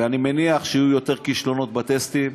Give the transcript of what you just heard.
ואני מניח שיהיו יותר כישלונות בטסטים,